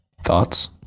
Thoughts